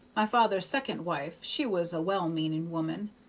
my father's second wife she was a well-meaning woman,